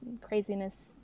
craziness